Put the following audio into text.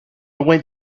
went